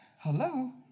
Hello